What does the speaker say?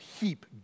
heap